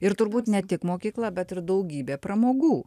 ir turbūt ne tik mokykla bet ir daugybė pramogų